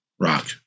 rock